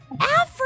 Africa